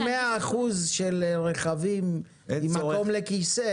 בין מאה אחוזים של רכבים שאין מקום לכיסא